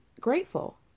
grateful